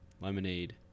lemonade